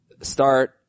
start